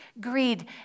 Greed